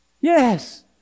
Yes